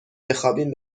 بخوابیم